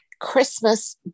christmas